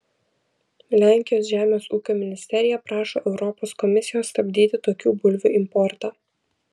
lenkijos žemės ūkio ministerija prašo europos komisijos stabdyti tokių bulvių importą